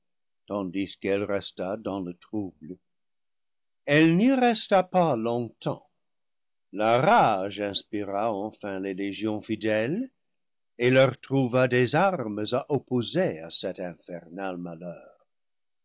tandis qu'elle resta dans le trouble elle n'y resta pas longtemps la rage inspira enfin les légions fidèles et leur trouva des armes à opposer à cet infernal mal